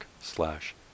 slash